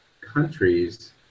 countries